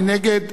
מי נגד?